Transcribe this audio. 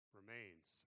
remains